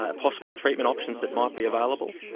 ah possible treatment options that might be available.